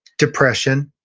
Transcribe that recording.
depression,